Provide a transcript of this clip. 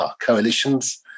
coalitions